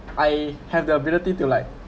I have the ability to like